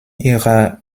ihrer